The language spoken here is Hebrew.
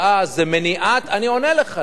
זה מניעת, אני עונה לך, נשמה.